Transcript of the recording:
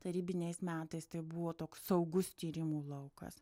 tarybiniais metais tai buvo toks saugus tyrimų laukas